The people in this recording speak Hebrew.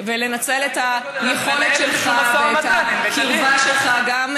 איתך ולנצל את היכולת שלך ואת הקרבה שלך, גם,